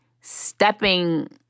stepping